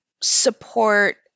support